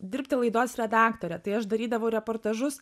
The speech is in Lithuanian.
dirbti laidos redaktore tai aš darydavau reportažus